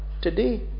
today